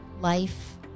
life